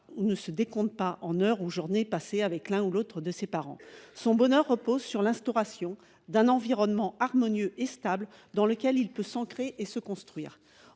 ne se décompte pas en heures ou journées passées avec l’un ou l’autre de ses parents. Il repose sur l’instauration d’un environnement harmonieux et stable dans lequel il peut s’ancrer et se construire.